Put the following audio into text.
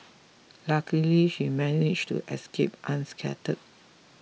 luckily she managed to escape unscathed